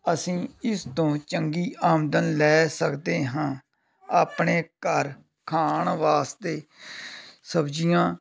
ਅਸੀਂ ਇਸ ਤੋਂ ਚੰਗੀ ਆਮਦਨ ਲੈ ਸਕਦੇ ਹਾਂ ਆਪਣੇ ਘਰ ਖਾਣ ਵਾਸਤੇ ਸਬਜ਼ੀਆਂ